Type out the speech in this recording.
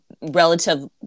relative